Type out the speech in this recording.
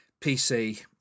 PC